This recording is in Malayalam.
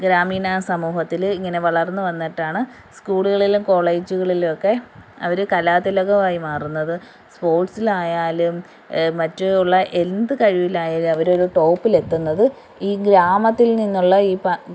ഗ്രാമീണ സമൂഹത്തിൽ ഇങ്ങനെ വളർന്ന് വന്നിട്ടാണ് സ്ക്കൂളുകളിലും കോളേജുകളിലും ഒക്കെ അവർ കലാതിലകമായി മാറുന്നത് സ്പോർട്സിൽ ആയാലും മറ്റുള്ള എന്ത് കഴിവിലായാലും അവരൊരു ടോപ്പിൽ എത്തുന്നത് ഈ ഗ്രാമത്തിൽ നിന്നുള്ള ഈ പ